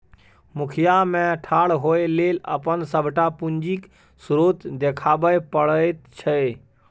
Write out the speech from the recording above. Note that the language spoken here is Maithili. मुखिया मे ठाढ़ होए लेल अपन सभटा पूंजीक स्रोत देखाबै पड़ैत छै